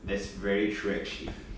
that's very true actually